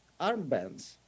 armbands